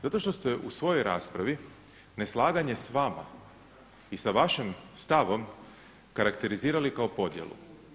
Zato što ste u svojoj raspravi neslaganje sa vama i sa vašim stavom karakterizirali kao podjelu.